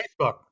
facebook